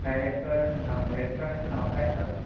काय रेस्टॉ रेस्टॉरंटचं नाव काय आहे सर